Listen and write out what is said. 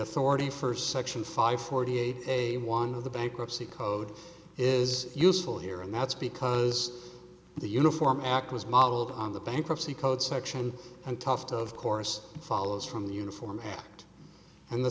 authority first section five forty eight a one of the bankruptcy code is useful here and that's because the uniform act was modeled on the bankruptcy code section and toughed of course follows from the uniform and the